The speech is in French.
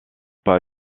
pas